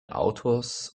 autors